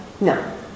No